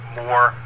more